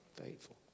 faithful